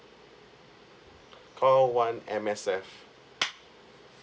call one M_S_F